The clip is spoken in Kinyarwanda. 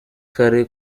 kare